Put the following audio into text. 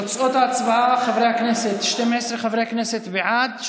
תוצאות ההצבעה של חברי הכנסת: 12 חברי כנסת בעד,